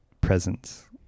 presence